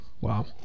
Wow